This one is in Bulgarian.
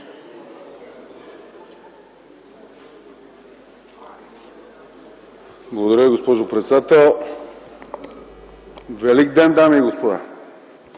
Благодаря, госпожо председател. Велик ден, дами и господа!